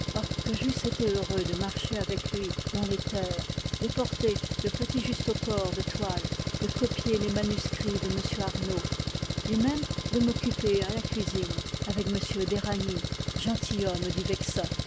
que j'eusse été heureux de marcher avec lui dans les terres de porter le petit justaucorps de toile de copier les manuscrits de m arnauld et même de m'occuper à la cuisine avec m d'éragny gentilhomme du vexin